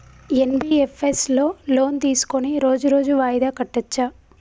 NBFS లో loan తీస్కొని రోజు రోజు వాయిదా కట్టచ్ఛా?